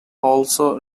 also